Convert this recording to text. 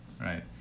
right